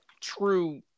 true